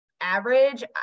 average